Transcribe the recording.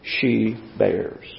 she-bears